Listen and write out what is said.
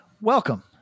Welcome